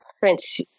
Prince